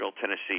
Tennessee